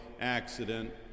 accident